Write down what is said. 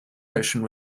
ocean